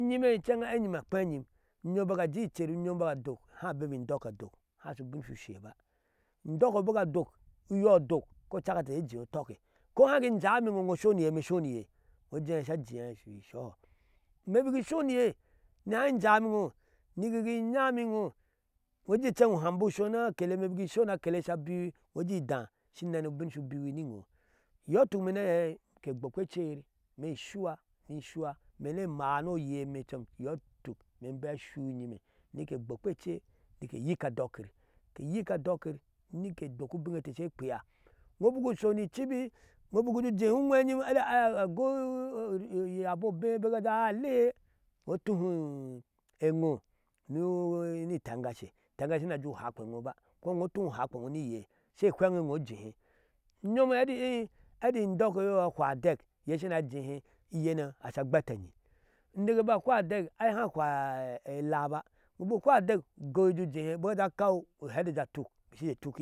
Inyime inceŋ eti inyime akpenyim unyom bak ajee ecer unyom bak adokhaa abeme indokke adok haa shu ubin shu sheeba indɔkko bak adoka uyɔɔ adok kocak inte she jes utɔk ko haa ki ijamiŋo iŋo usho ni iyee imee insho mi iŋoujee sha ajea isɔhɔ ime bik insho ni iye ni haa in jameŋo ijo ujɛɛ imeŋ bik insho ni. akele sha biwi, shin nɛnɛ ubin shu biwi ninyo iyɔɔ ituk ime ni ahei ke gbokpe ece, imee in shuwa ni shuwa imee ni emaa ni oyeme coma iyɔɔ ituk imee in bea oshiu inyime nike gbokpe ece ni ke nyik adɔkyir ke nyik andɔkyi ni ke dok ubiŋte she kpea iŋo bik usho mi icibi iŋo bik ujee ujeena unwenyim eti ai jee ugo uyabɔ obee bik ajee a ai egoshihe injoo utuhe eŋoni itengashe, itengashe shina ajee uhakpe e injo ba, ko injoo utuu uhakpe eino ni iyee she hwŋŋi inoo ujehe unyom eti ii eti indoɨk eiyee ahwa adɛk iyee shina ajehe iyeno asha agbɛtɛyi uneke bik ahwa adɛk ai haa hwaa ela ba iŋo bik uhwa adɛk, ugoi. je ujehe bik ajee akaw whɛɛ ɛti ajee je atuk she tukke.